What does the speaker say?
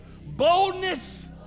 Boldness